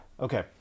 Okay